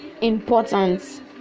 important